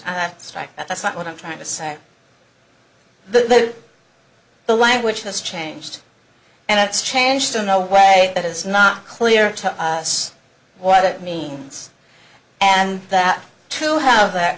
strike that's not what i'm trying to say the the language has changed and it's changed in a way that it's not clear to us what it means and that to have that